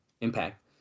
Impact